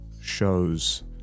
shows